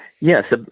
Yes